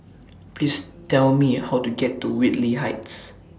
Please Tell Me How to get to Whitley Heights